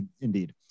Indeed